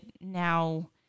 now